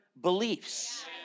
beliefs